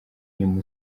nyuma